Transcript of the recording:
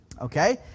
Okay